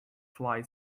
fly